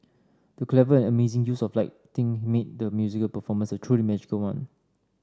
the clever and amazing use of lighting made the musical performance a truly magical one